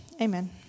Amen